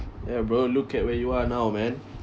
ya bro look at where you are now man